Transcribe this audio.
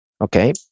okay